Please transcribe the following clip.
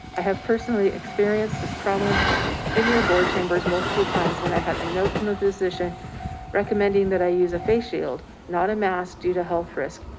i have personally experienced this problem in your board chambers multiple times when i had a note from a physician recommending that i use a face shield, not a mask due to health risk,